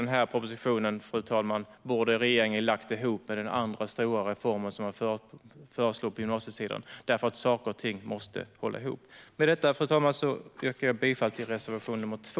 Den här propositionen, fru talman, borde regeringen ha lagt ihop med den andra stora reformen som man föreslår på gymnasiesidan, för saker och ting måste hålla ihop. Med detta, fru talman, yrkar jag bifall till reservation nr 2.